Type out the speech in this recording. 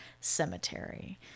cemetery